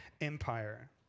empire